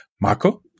Marco